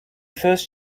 first